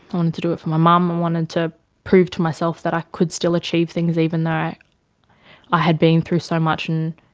um to do it for my mum, i wanted to prove to myself that i could still achieve things, even though i had been through so much and